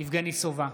יבגני סובה,